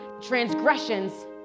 transgressions